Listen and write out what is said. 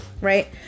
right